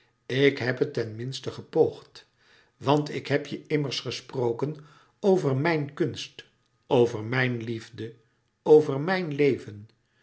ik heb het ten minste gepoogd want ik heb je immers gesproken over mijn kunst over mijn liefde over mijn leven